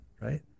right